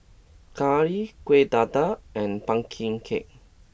Curry Kueh Dadar and Pumpkin Cake